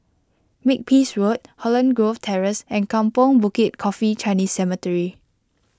Makepeace Road Holland Grove Terrace and Kampong Bukit Coffee Chinese Cemetery